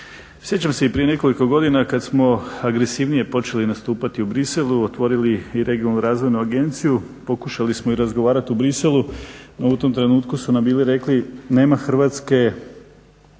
Sjećam se i prije nekoliko godina kad smo agresivnije počeli nastupati u Bruxellesu, otvorili i regionalnu razvojnu agenciju, pokušali smo i razgovarat u Bruxellesu, no u tom trenutku su nam bili rekli nema Hrvatske